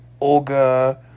Olga